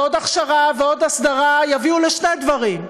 ועוד הכשרה ועוד הסדרה יביאו לשני דברים: